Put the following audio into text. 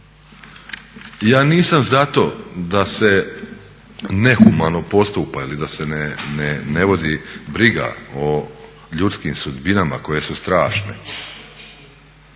Ja nisam za to da se nehumano postupa ili da se ne vodi briga o ljudskim sudbinama koje su strašne